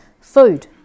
Food